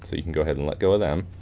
so you can go ahead and let go of them.